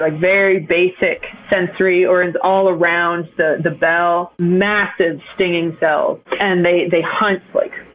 like very basic sensory organs all around the the bell. massive stinging cells. and they they hunt, like,